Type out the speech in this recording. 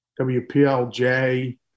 WPLJ